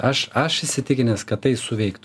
aš aš įsitikinęs kad tai suveikt